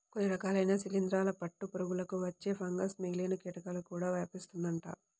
కొన్ని రకాలైన శిలీందరాల పట్టు పురుగులకు వచ్చే ఫంగస్ మిగిలిన కీటకాలకు కూడా వ్యాపిస్తుందంట